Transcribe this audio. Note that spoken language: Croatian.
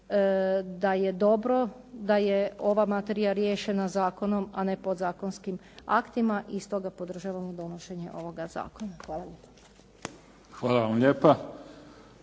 da je dobro da je ova materija riješena zakonom, a ne podzakonskim aktima i stoga podržavamo donošenje ovoga zakona. Hvala lijepa.